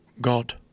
god